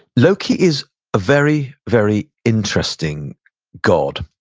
loki is a very, very interesting god.